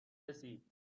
رسید